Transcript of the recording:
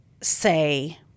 say